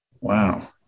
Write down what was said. Wow